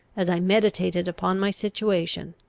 as i meditated upon my situation,